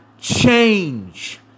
change